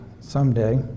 someday